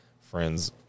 friends